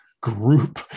group